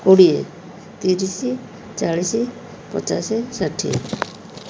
କୋଡ଼ିଏ ତିରିଶି ଚାଳିଶି ପଚାଶ ଷାଠିଏ